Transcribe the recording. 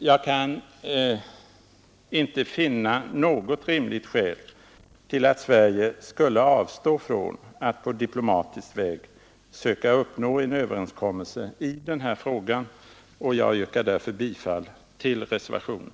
Jag kan inte finna något rimligt skäl till att Sverige skulle avstå från att på diplomatisk väg söka uppnå en överenskommelse i denna fråga och yrkar därför bifall till reservationen.